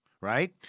right